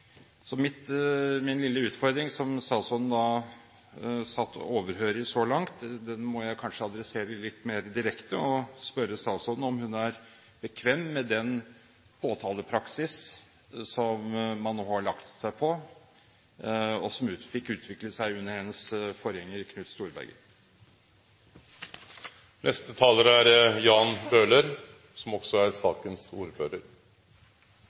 Så min lille utfordring, som statsråden har overhørt så langt, må jeg kanskje adressere litt mer direkte og spørre statsråden om hun er bekvem med den påtalepraksis som man nå har lagt seg på, og som fikk utvikle seg under hennes forgjenger, Knut Storberget. Jeg vil bare si at jeg er glad for den justeringen av forslaget til Venstre som